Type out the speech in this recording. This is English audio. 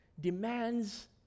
demands